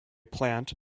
plant